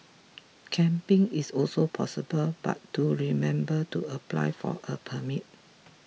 camping is also possible but do remember to apply for a permit